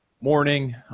morning